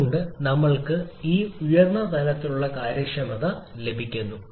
അതുകൊണ്ടാണ് ഞങ്ങൾക്ക് ഈ ഉയർന്ന തലത്തിലുള്ള കാര്യക്ഷമത ലഭിക്കുന്നു